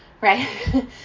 right